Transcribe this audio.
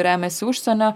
remiasi užsienio